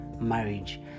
marriage